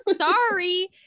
Sorry